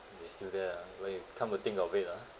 they still there ah when you come to think of it ah